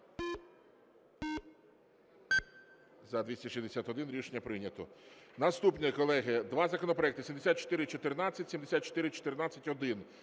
За-261 Рішення прийнято. Наступне, колеги. Два законопроекти 7414, 7414-1